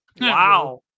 Wow